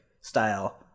style